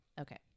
okay